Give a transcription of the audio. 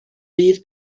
bydd